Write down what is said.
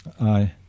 Aye